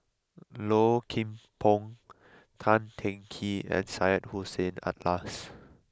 Low Kim Pong Tan Teng Kee and Syed Hussein Alatas